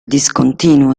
discontinuo